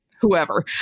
whoever